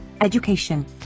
Education